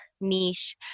niche